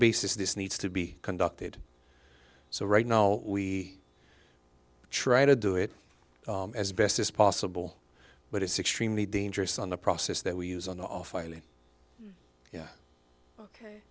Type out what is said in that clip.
basis this needs to be conducted so right now we try to do it as best as possible but it's extremely dangerous on the process that we use on the off island yeah ok